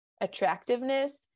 attractiveness